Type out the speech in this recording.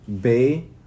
Bay